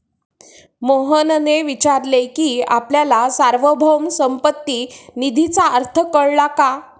मोहनने विचारले की आपल्याला सार्वभौम संपत्ती निधीचा अर्थ कळला का?